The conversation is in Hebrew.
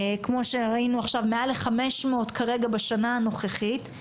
כמו שראינו עכשיו מעל לחמש מאות כרגע בשנה הנוכחית,